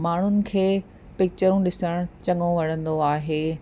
माण्हुनि खे पिकिचरूं ॾिसण चङो वणंदो आहे